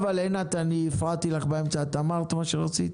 עינת, הפרעתי לך באמצע, אמרת את מה שרצית?